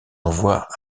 envoie